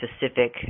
specific